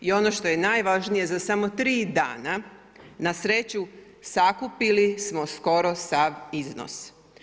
I ono što je najvažnije za samo tri dana na sreću sakupili smo skoro sav iznos.